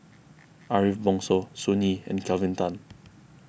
Ariff Bongso Sun Yee and Kelvin Tan